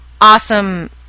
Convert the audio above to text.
awesome